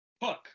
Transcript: Book